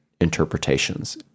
interpretations